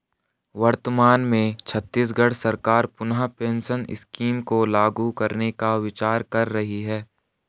वर्तमान में छत्तीसगढ़ सरकार पुनः पेंशन स्कीम को लागू करने का विचार कर रही है